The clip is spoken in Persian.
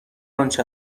آنچه